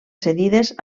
cedides